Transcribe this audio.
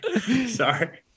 Sorry